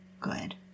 good